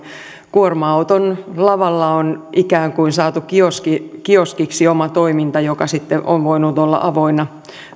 kuorma auton lavalla on ikään kuin saatu kioskiksi oma toiminta joka sitten on voinut olla avoinna